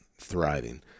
thriving